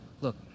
Look